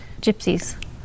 gypsies